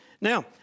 Now